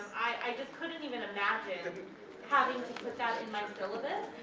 i just couldn't even imagine having to put that in my syllabus